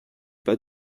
pas